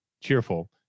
cheerful